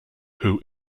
who